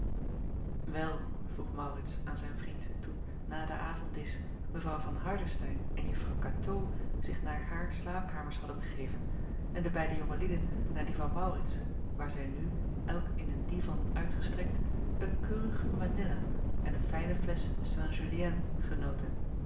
wel vroeg maurits aan zijn vriend toen na den avonddisch mevrouw van hardestein en juffrouw katoo zich naar haar slaapkamers hadden begeven en de beide jonge lieden naar die van maurits waar zij nu elk in een divan uitgestrekt een keurige manilla en een fijne flesch st julien genoten